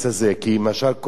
כי למשל, "קול חי",